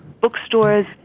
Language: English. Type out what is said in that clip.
bookstores